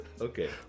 Okay